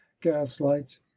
gas-lights